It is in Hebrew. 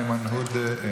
איימן עודה,